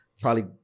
probably-